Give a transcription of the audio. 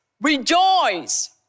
rejoice